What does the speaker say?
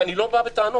ואני לא בא בטענות,